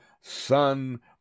Son